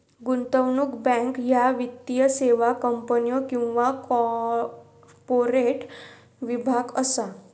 गुंतवणूक बँक ह्या वित्तीय सेवा कंपन्यो किंवा कॉर्पोरेट विभाग असा